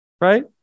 right